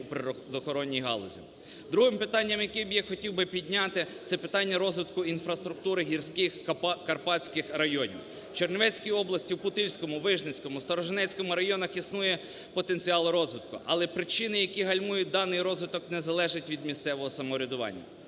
Друге питання, яке б я хотів підняти, це питання розвитку інфраструктури гірських карпатських районів. В Чернівецькій області в Путильському, Вижницькому, Сторожинецькому районах існує потенціал розвитку, але причини, які гальмують даний розвиток, не залежить від місцевого самоврядування.